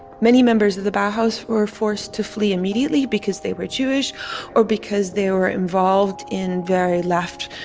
many members of the bauhaus were forced to flee immediately because they were jewish or because they were involved in very left,